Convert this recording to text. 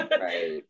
right